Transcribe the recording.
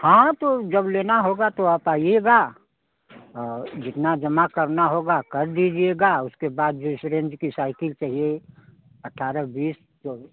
हाँ तो जब लेना होगा तो आप आइएगा जितना जमा करना होगा कर दीजिएगा उसके बाद जिस रेंज की साइकिल चाहिए अट्ठारह बीस चौब